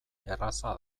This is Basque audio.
erraza